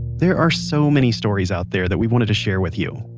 there are so many stories out there that we wanted to share with you,